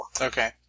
Okay